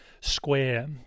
square